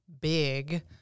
big